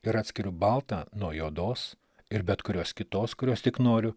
ir atskiriu baltą nuo juodos ir bet kurios kitos kurios tik noriu